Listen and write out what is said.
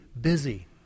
busy